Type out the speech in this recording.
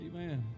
Amen